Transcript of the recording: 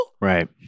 Right